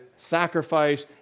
sacrifice